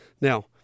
now